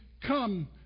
come